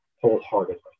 wholeheartedly